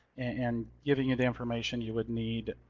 and getting you the information you would need,